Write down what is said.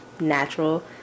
natural